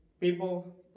people